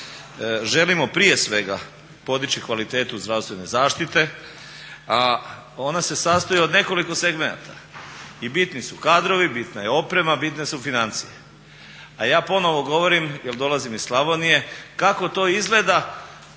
želimo prije svega podići kvalitetu zdravstvene zaštite a ona se sastoji od nekoliko segmenata i bitni su kadrovi, bitna je oprema, bitne su financije. A ja ponovo govorim jer dolazim iz Slavonije kako to izgleda